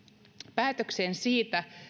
päätöksen siitä